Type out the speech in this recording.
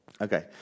Okay